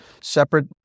separate